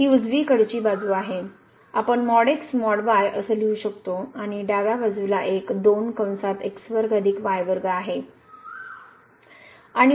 ही उजवीकडची बाजू आहे आपण । x ।। y । असे लिहू शकतो आणि डाव्या बाजूला एक आहे